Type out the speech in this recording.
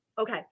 okay